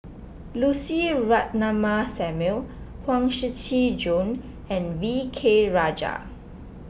Lucy Ratnammah Samuel Huang Shiqi Joan and V K Rajah